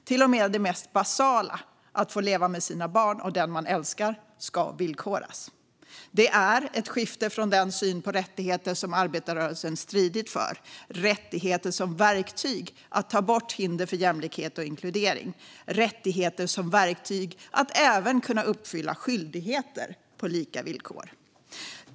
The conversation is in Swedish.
Till och med det mest basala, att få leva med sina barn och den man älskar, ska villkoras. Det är ett skifte från den syn på rättigheter som arbetarrörelsen har stridit för: rättigheter som verktyg för att ta bort hinder för jämlikhet och inkludering och rättigheter som verktyg för att även kunna uppfylla skyldigheter på lika villkor.